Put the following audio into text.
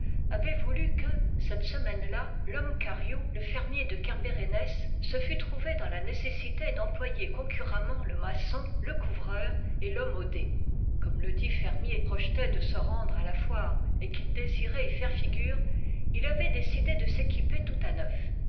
avait voulu que cette semaine-là loin m kariou le fermier de kerbérennès se fût trouvé dans la nécessité d'em ployer concurremment le maçon le couvreur et l'homme au dé comme ledit fermier projetait de se rendre à la foire et qu'il désirait y faire figure il avait décidé de s'équiper tout à neuf